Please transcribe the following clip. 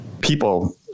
People